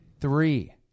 three